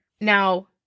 Now